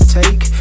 take